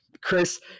chris